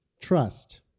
trust